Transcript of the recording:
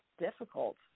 difficult